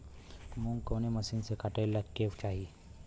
मूंग कवने मसीन से कांटेके चाही?